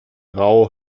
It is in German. rau